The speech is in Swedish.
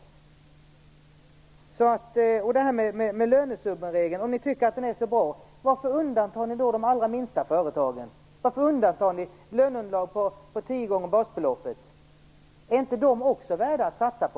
Varför undantar ni de allra minsta företagen om ni tycker att lönesummeregeln är så bra? Varför undantar ni löneunderlag på tio gånger basbeloppet? Är inte de också värda att satsa på?